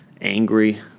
angry